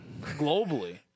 Globally